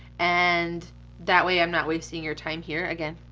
and that way i'm not wasting your time here, again,